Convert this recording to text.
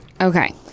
Okay